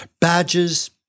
Badges